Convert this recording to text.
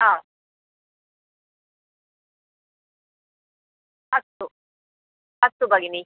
हा अस्तु अस्तु भगिनि